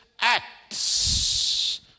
acts